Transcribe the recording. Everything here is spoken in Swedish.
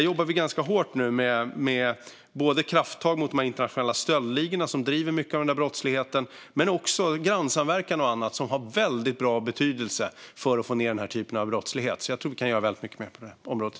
Vi jobbar nu ganska hårt med krafttag mot de internationella stöldligorna, som driver mycket av denna brottslighet, men också med grannsamverkan och annat som har stor betydelse för att få ned denna typ av brottslighet. Jag tror att vi kan göra väldigt mycket mer på det området.